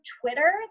Twitter